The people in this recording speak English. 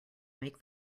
make